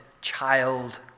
child